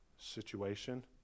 situation